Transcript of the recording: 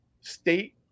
state